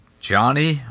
Johnny